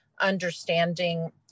understanding